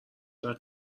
وقت